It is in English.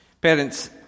Parents